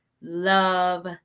love